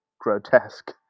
grotesque